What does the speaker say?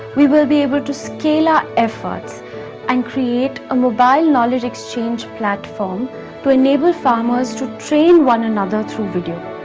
we will be able to scale our efforts and create a mobile knowledge exchange platform to enable farmers to train one another through video.